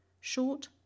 Short